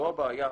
זו הבעיה.